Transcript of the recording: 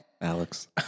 Alex